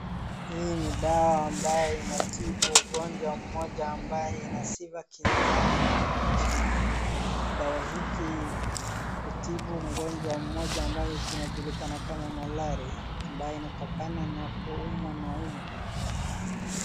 hii ni dawa ambayo inatibu ugonjwa mmoja ambaye inasifa kinzani humu nchini dawa hiki hutibu ugonjwa mmoja ambayo inajulikana kama malaria mabayo inatokana na kuumwa na mbu